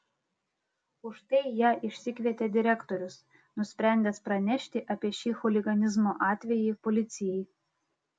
už tai ją išsikvietė direktorius nusprendęs pranešti apie šį chuliganizmo atvejį policijai